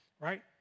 right